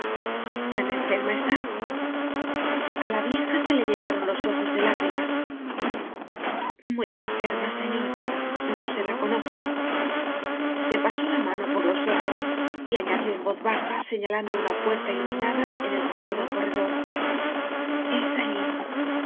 tan enferma está a la vieja se la llenaron los ojos de lá grimas muy enferma señor no se la conoce se pasó la mano por los ojos y añadió en voz baja señalando una puerta iluminada en el fondo del corredor e s allí